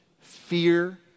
fear